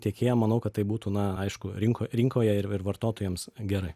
tiekėjam manau kad tai būtų na aišku rinko rinkoje ir vartotojams gerai